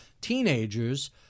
teenagers